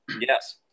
Yes